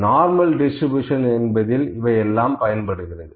normal distribution என்பதில் இவை எல்லாம் பயன்படுகிறது